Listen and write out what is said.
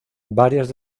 varias